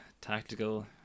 tactical